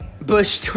bush